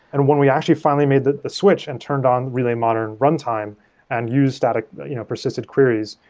and when we actually finally made the the switch and turned on relay modern runtime and use static you know persistent queries,